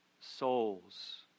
souls